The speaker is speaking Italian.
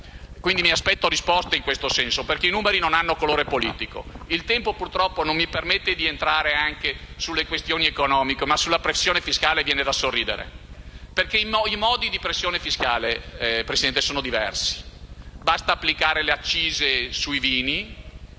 Quindi, mi aspetto risposte in tal senso, perché i numeri non hanno colore politico. Il tempo a disposizione non mi permette di entrare anche nelle questioni economiche, ma sulla pressione fiscale viene da sorridere, perché i modi della pressione fiscale, signor Presidente, sono diversi. Basta applicare le accise sui vini